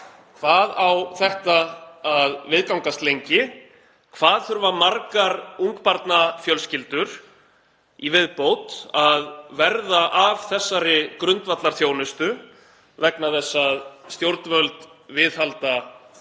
Hvað á þetta að viðgangast lengi? Hvað þurfa margar ungbarnafjölskyldur í viðbót að verða af þessari grundvallarþjónustu vegna þess að stjórnvöld viðhalda ósanngjörnum